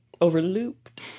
Overlooked